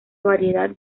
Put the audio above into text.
variedad